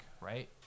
right